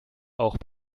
auch